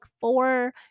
four